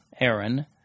Aaron